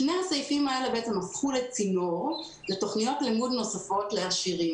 שני הסעיפים האלה בעצם הפכו לצינור לתוכניות לימוד נוספות לעשירים.